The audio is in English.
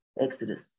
Exodus